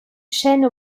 shane